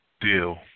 deal